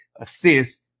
assist